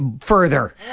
further